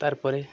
তারপরে